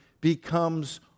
becomes